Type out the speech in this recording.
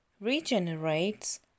regenerates